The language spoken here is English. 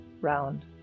round